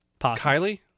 Kylie